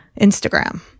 Instagram